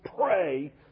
pray